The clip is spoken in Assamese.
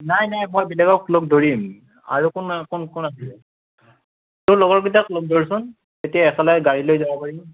নাই নাই মই বেলেগক লগ ধৰিম আৰু কোন কোন কোন আছিল তোৰ লগৰ কেইটাক লগ ধৰচোন তেতিয়া একেলগে গাড়ী লৈ যাব পাৰিম